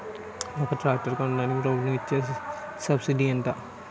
ఒక ట్రాక్టర్ కొనడానికి ప్రభుత్వం ఇచే సబ్సిడీ ఎంత?